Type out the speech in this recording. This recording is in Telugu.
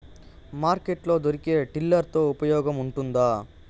మార్కెట్ లో దొరికే టిల్లర్ తో ఉపయోగం ఉంటుందా?